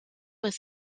were